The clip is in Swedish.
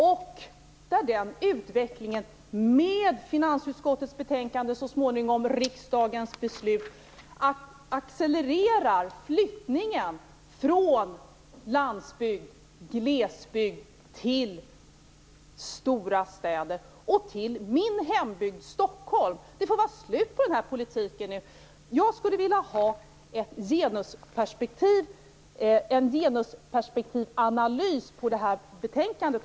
Med hjälp av finansutskottets betänkandet, och så småningom riksdagens beslut, accelererar flyttningen från landsbygd och glesbygd till stora städer, och till min hembygd Stockholm. Det får vara slut på den politiken nu. Jag skulle vilja ha en analys ur genusperspektiv på det här betänkandet.